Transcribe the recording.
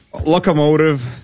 locomotive